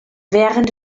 während